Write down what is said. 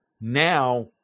Now